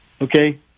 okay